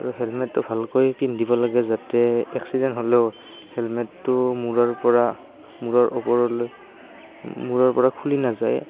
আৰু হেলমেটটো ভালকৈ পিন্ধিব লাগে যাতে এক্সিডেণ্ট হ'লেও হেলমেটটো মূৰৰপৰা মূৰৰ ওপৰলৈ মূৰৰপৰা খুলি নাযায়